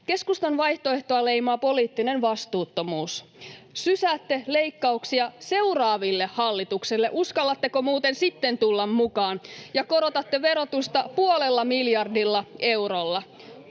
Keskustan vaihtoehtoa leimaa poliittinen vastuuttomuus. Sysäätte leikkauksia seuraaville hallituksille — uskallatteko muuten sitten tulla mukaan — ja korotatte verotusta puolella miljardilla eurolla.